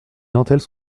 dentelles